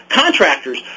contractors